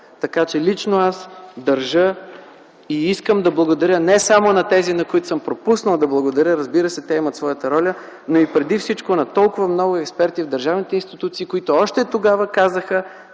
Така че лично аз държа и искам да благодаря не само на тези, на които съм пропуснал да благодаря, разбира се, те имат своята роля, но и преди всички на толкова много експерти в държавните институции, които още тогава казаха: